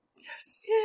Yes